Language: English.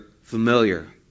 familiar